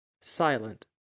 silent